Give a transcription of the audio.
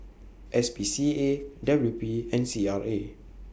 S P C A W P and C R A